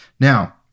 Now